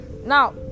Now